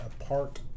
apart